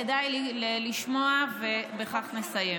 כדאי לשמוע, ובכך נסיים.